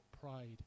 pride